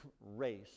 race